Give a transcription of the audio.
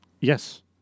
Yes